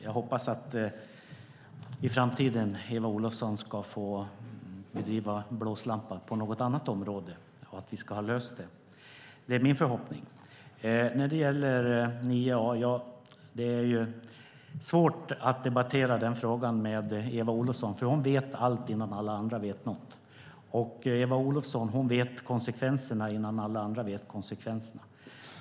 Jag hoppas att Eva Olofsson i framtiden ska få vara blåslampa på något annat område och att vi ska ha löst detta. Det är min förhoppning. Sedan gällde det de här 900 människorna. Det är svårt att debattera den frågan med Eva Olofsson, för hon vet allt innan alla andra vet något. Eva Olofsson vet konsekvenserna innan alla andra vet konsekvenserna.